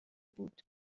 بود